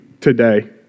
today